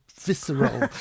visceral